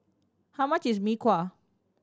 how much is Mee Kuah